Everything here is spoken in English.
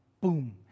boom